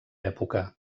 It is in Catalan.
època